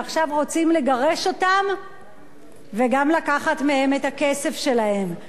ועכשיו רוצים לגרש אותם וגם לקחת מהם את הכסף שלהם.